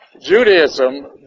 Judaism